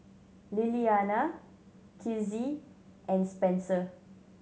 Lilliana Kizzie and Spencer